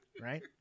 right